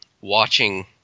watching